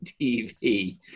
TV